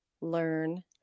learn